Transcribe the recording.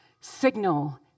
signal